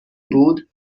بود